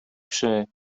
przy